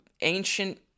ancient